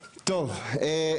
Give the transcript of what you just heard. ככה עובדת דמוקרטיה,